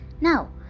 Now